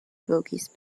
bogies